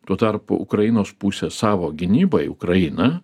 tuo tarpu ukrainos pusė savo gynybai ukraina